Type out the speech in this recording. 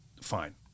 fine